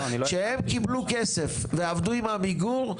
כשהם קיבלו כסף ועבדו עם עמיגור,